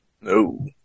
No